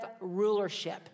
rulership